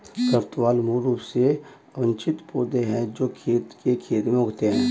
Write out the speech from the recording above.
खरपतवार मूल रूप से अवांछित पौधे हैं जो खेत के खेत में उगते हैं